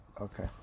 okay